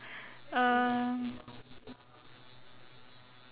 um